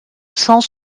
cent